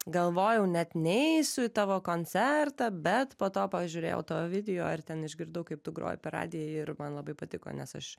galvojau net neisiu į tavo koncertą bet po to pažiūrėjau tavo video ar ten išgirdau kaip tu groji per radiją ir man labai patiko nes aš